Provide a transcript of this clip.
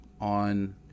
on